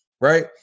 right